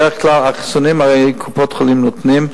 בדרך כלל, את החיסונים הרי קופות-החולים נותנות.